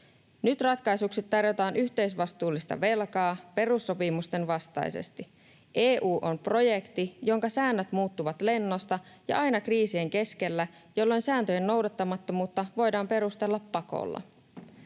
Nyt ratkaisuksi tarjotaan yhteisvastuullista velkaa perussopimusten vastaisesti. EU on projekti, jonka säännöt muuttuvat lennosta ja aina kriisien keskellä, jolloin sääntöjen noudattamattomuutta voidaan perustella pakolla.